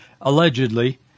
allegedly